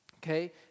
Okay